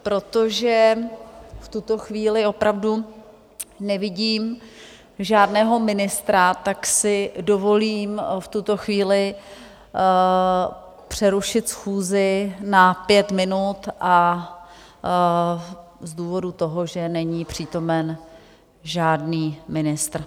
Protože v tuto chvíli opravdu nevidím žádného ministra, tak si dovolím v tuto chvíli přerušit schůzi na pět minut z důvodu toho, že není přítomen žádný ministr.